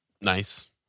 nice